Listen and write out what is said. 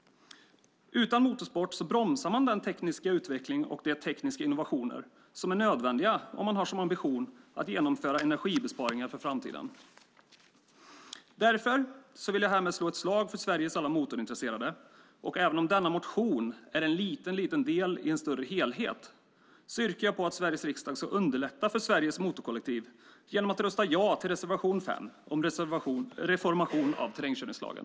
Utan motorsport bromsar man den tekniska utvecklingen och de tekniska innovationer som är nödvändiga om man har som ambition att genomföra energibesparingar för framtiden. Jag vill därför härmed slå ett slag för Sverige alla motorintresserade. Även om denna motion är en liten del i en större helhet yrkar jag på att Sveriges riksdag ska underlätta för Sveriges motorkollektiv genom att rösta ja till reservation 5 om reformering av terrängkörningslagen.